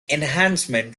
enhancement